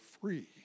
free